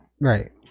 Right